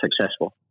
successful